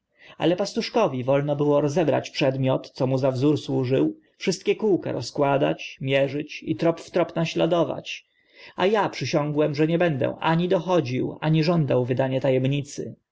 ale pastuszkowi wolno było rozebrać przedmiot co mu za wzór służył wszystkie kółka rozkładać mierzyć i trop w trop naśladować a a przysiągłem że nie będę ani dochodził ani żądał wydania ta